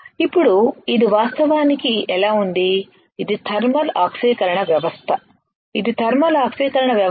ఇప్పుడు ఇది వాస్తవానికి ఎలా ఉంది ఇది థర్మల్ ఆక్సీకరణ వ్యవస్థ ఇది థర్మల్ ఆక్సీకరణ వ్యవస్థ